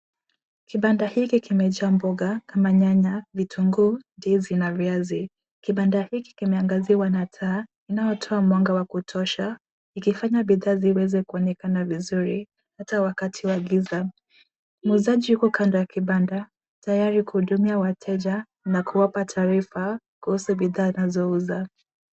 Kibanda hiki kimejaa mboga kama nyanya, vitunguu, ndizi na viazi. Kibanda hiki kimeangaziwa na taa inaotoa mwanga wa kutosha ikifanya bidhaa ziweze kuonekana vizuri hata wakati wa giza. Muuzaji yuko kando ya kibanda, tayari kuhudumia wateja na kuwapa taarifa kuhusu bidhaa wanazouza.